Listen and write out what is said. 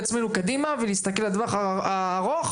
עצמנו קדימה ולהסתכל על הטווח הארוך,